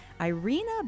Irina